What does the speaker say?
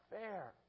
fair